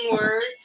words